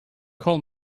call